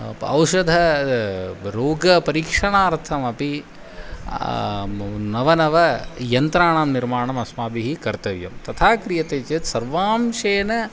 औषधं रोगपरीक्षणार्थमपि नवनवयन्त्राणां निर्माणमस्माभिः कर्तव्यं तथा क्रियते चेत् सर्वांशेन